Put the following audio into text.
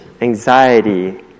anxiety